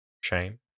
shame